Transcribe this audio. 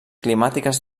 climàtiques